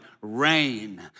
rain